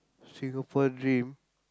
Singapore dream